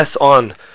on